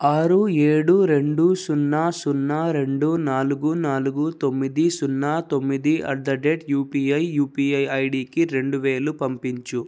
ఆరు ఏడు రెండు సున్నా సున్నా రెండు నాలుగు నాలుగు తొమ్మిది సున్నా తొమ్మిది at the rate UPI UPI ఐడికి రెండువేలు పంపించు